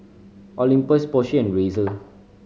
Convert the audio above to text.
Olympus Porsche and Razer